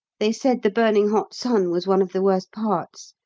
they said the burning hot sun was one of the worst parts.